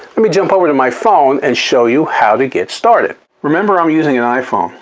let me jump over to my phone and show you how to get started. remember, i'm using an iphone.